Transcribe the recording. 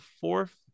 fourth